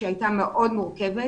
שהייתה מאוד מורכבת,